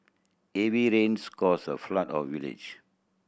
heavy rains caused a flood of village